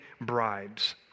bribes